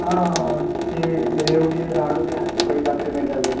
आं होय तींं रेडवे लाडू भी आसता पळय जात्ररे मेळटा तें